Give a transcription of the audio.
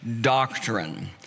doctrine